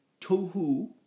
tohu